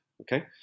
okay